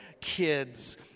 kids